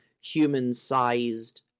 human-sized